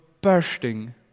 bursting